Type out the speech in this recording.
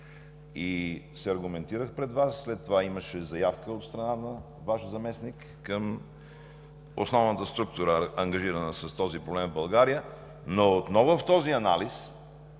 Аргументирах се пред Вас. След това имаше заявка от страна на Ваш заместник към основната структура, ангажирана с този проблем в България, но отново в този анализ